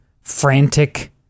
frantic